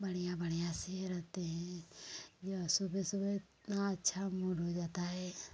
बढ़िया बढ़िया से रहते हैं या सुबह सुबह इतना अच्छा मूड हो जाता है